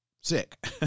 sick